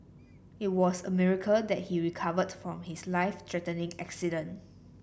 it was a miracle that he recovered from his life threatening accident